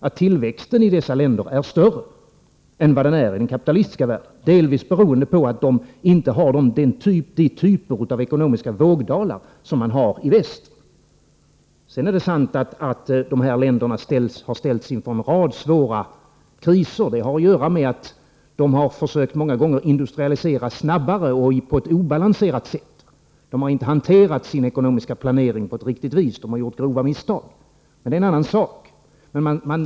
Förhållandet beror delvis på att de inte har de typer av ekonomiska vågdalar som man har i väst. Sedan är det sant att dessa länder har ställts inför en rad svåra kriser. Det har att göra med att de många gånger har försökt industrialisera snabbt och på ett obalanserat sätt. De har inte hanterat sin ekonomiska planering på ett riktigt vis. De har gjort grova misstag, men det är en annan sak.